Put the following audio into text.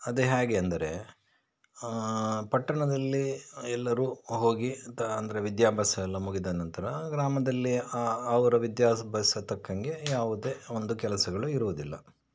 ಅದು ಹೇಗೆ ಅಂದರೆ ಪಟ್ಟಣದಲ್ಲಿ ಎಲ್ಲರೂ ಹೋಗಿ ಅಂತ ಅಂದರೆ ವಿದ್ಯಾಭ್ಯಾಸ ಎಲ್ಲ ಮುಗಿದ ನಂತರ ಗ್ರಾಮದಲ್ಲಿ ಅವರ ವಿದ್ಯಾ ಸ ಭ್ಯಾಸ ತಕ್ಕಂಗೆ ಯಾವುದೇ ಒಂದು ಕೆಲಸಗಳು ಇರುವುದಿಲ್ಲ